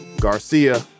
Garcia